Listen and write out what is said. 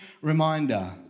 reminder